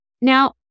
now